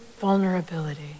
vulnerability